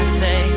say